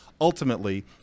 ultimately